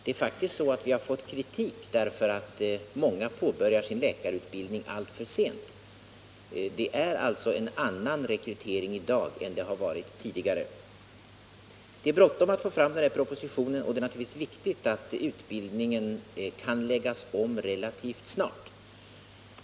Vi har faktiskt fått kritik för att många påbörjar sin läkarutbildning alltför sent. Det är alltså en annan rekrytering i dag än det varit tidigare. Det är bråttom att få fram den här propositionen, och det är naturligtvis viktigt att utbildningen kan läggas om relativt snart.